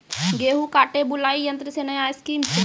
गेहूँ काटे बुलाई यंत्र से नया स्कीम छ?